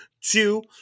two